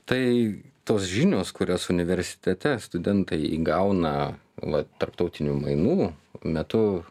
tai tos žinios kurias universitete studentai gauna vat tarptautinių mainų metu